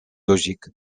logique